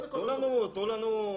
תנו לנו מחוז,